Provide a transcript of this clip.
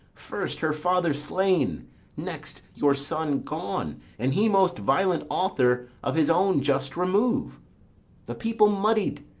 first, her father slain next, your son gone and he most violent author of his own just remove the people muddied,